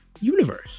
universe